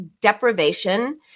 deprivation